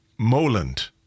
Moland